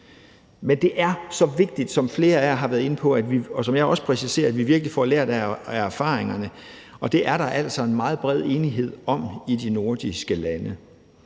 Men det er så vigtigt, som flere af jer har været inde på, og som jeg også præciserer, at vi virkelig får lært af erfaringerne, og det er der altså en meget bred enighed om i de nordiske lande.